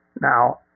Now